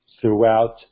throughout